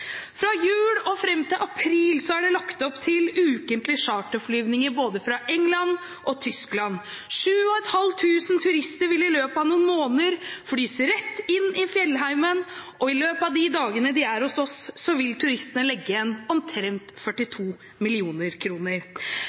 lagt opp til ukentlige charterflyvninger både fra England og fra Tyskland. 7 500 turister vil i løpet av noen måneder flys rett inn i fjellheimen, og i løpet av de dagene de er hos oss, vil turistene legge igjen omtrent 42